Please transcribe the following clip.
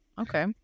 okay